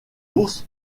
ours